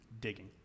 digging